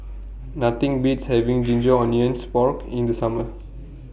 Nothing Beats having Ginger Onions Pork in The Summer